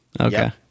Okay